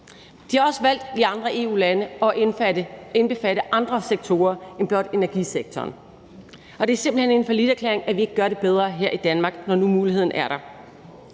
De har også valgt i andre EU-lande at indbefatte andre sektorer end blot energisektoren, og det er simpelt hen en falliterklæring, at vi ikke gør det bedre her i Danmark, når nu muligheden er der.